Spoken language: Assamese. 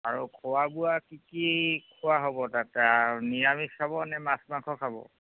আৰু খোৱা বোৱা কি কি খোৱা হ'ব তাতে নিৰামিষ খাব নে মাছ মাংস খাব